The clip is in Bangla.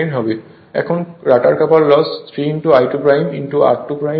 এখন rotor copper loss 3 I2 2 r2 হবে